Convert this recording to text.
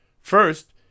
first